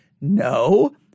no